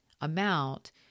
amount